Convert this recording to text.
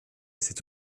cet